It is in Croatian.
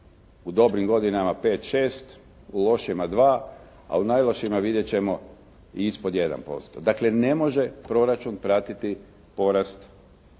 U dobrim godinama 5, 6, u lošima 2, a u najlošijima vidjeti ćemo i ispod 1%. Dakle, ne može proračun pratiti porast